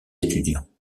étudiants